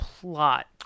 plot